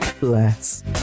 Bless